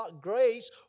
grace